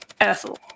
Ethel